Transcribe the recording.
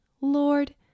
Lord